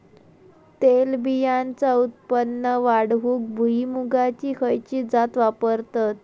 तेलबियांचा उत्पन्न वाढवूक भुईमूगाची खयची जात वापरतत?